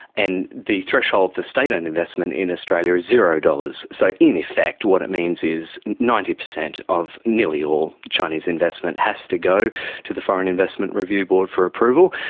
and the threshold for state owned investment in australia is zero dollars. so in effect what it means is ninety percent of nearly all chinese investment has to go to the foreign investment review board for approval,